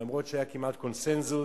למרות שהיה כמעט קונסנזוס,